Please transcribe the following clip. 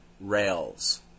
rails